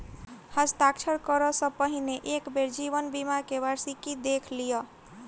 हस्ताक्षर करअ सॅ पहिने एक बेर जीवन बीमा के वार्षिकी देख लिअ